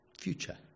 future